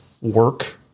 work